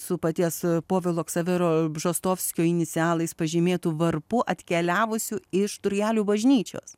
su paties povilo ksavero bžostovskio inicialais pažymėtu varpu atkeliavusiu iš turgelių bažnyčios